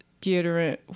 deodorant